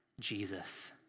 Jesus